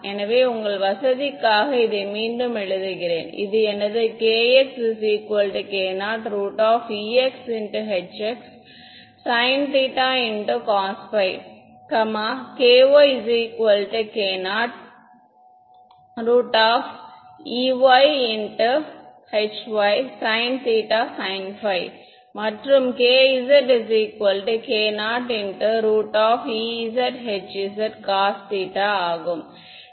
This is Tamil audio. எனவே உங்கள் வசதிக்காக இதை மீண்டும் எழுதுகிறேன் இது எனது kxk0 ex hx sin θ cosϕ kyk0 ey hy sin θ sinϕமற்றும் kzk0 ez hz cosθ ஆகும்